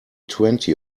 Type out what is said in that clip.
twenty